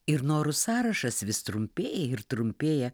ir norų sąrašas vis trumpėja ir trumpėja